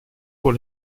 pour